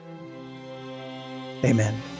Amen